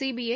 CBI